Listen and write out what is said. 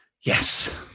yes